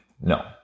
No